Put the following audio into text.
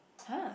!huh!